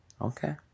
Okay